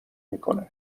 میکنه